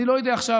אני לא יודע עכשיו,